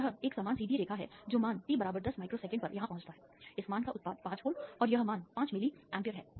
तो यह एक समान सीधी रेखा है जो मान t बराबर 10 माइक्रो सेकेंड पर यहां पहुंचता है इस मान का उत्पाद 5 वोल्ट और यह मान 5 मिली एएमपीएस है